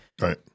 Right